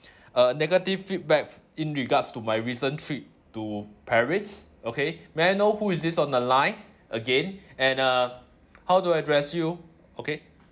a negative feedback in regards to my recent trip to paris okay may I know who is this on the line again and uh how do I address you okay